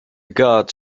gods